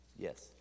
Yes